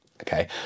okay